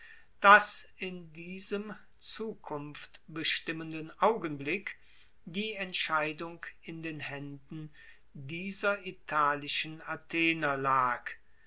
dass in diesem zukunftbestimmenden augenblick die entscheidung in den haenden dieser italischen athener lag